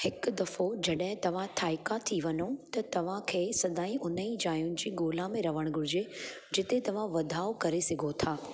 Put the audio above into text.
हिकु दफ़ो जॾहिं तव्हां थांईका थी वञो त तव्हांखे सदाईं उननि जायुनि जी ॻोल्हा में रहण घुरिजे जिते तव्हां वाधाउ करे सघो था